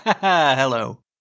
Hello